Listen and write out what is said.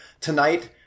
tonight